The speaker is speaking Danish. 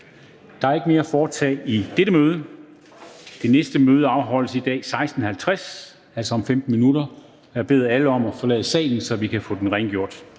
Der er ikke mere at foretage i dette møde. Det næste møde afholdes i dag kl. 16.50, altså om 15 minutter. Jeg beder alle om at forlade salen, så vi kan få den rengjort.